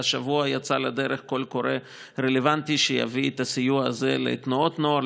והשבוע יצא לדרך קול קורא רלוונטי שיביא את הסיוע הזה לתנועות הנוער,